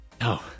No